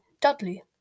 Dudley